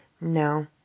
No